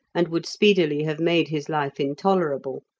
and would speedily have made his life intolerable.